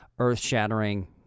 earth-shattering